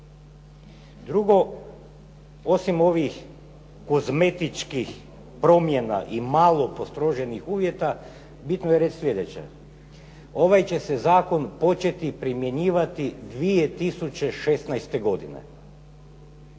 Drugo, osim ovih kozmetičkih promjena i malo postroženih uvjeta bitno je reći sljedeće. Ovaj će se zakon početi primjenjivati 2016. godine.